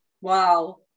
Wow